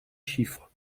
chiffres